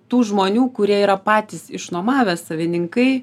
tų žmonių kurie yra patys išnuomavę savininkai